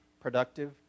productive